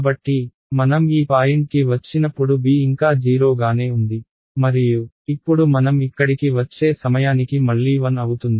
కాబట్టి మనం ఈ పాయింట్కి వచ్చినప్పుడు b ఇంకా 0 గానే ఉంది మరియు ఇప్పుడు మనం ఇక్కడికి వచ్చే సమయానికి మళ్లీ 1 అవుతుంది